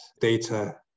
data